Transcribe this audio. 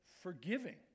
forgiving